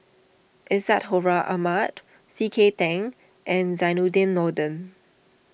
Isadhora Mohamed C K Tang and Zainudin Nordin